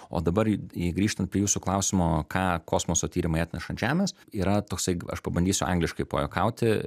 o dabar jei grįžtant prie jūsų klausimo ką kosmoso tyrimai atneša ant žemės yra toksai aš pabandysiu angliškai pajuokauti